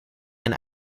and